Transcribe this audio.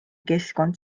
keskkond